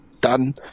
done